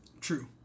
True